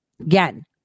again